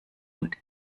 und